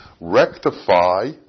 rectify